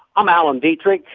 i'm alan dietrich,